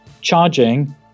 charging